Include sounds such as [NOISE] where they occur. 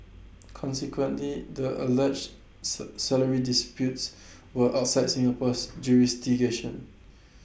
consequently the alleged [UNINTELLIGIBLE] salary disputes were outside Singapore's jurisdiction